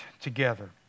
together